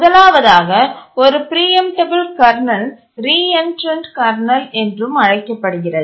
முதலாவதாக ஒரு preemptible kernel reentrant kernel என்றும் அழைக்கப்படுகிறது